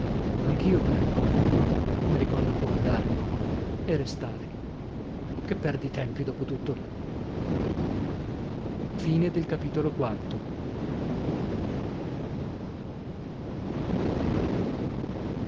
passio anch'io per ricordo come ricordo può andare e restare che perditempi dopo tutto v